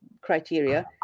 criteria